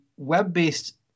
Web-based